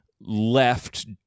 left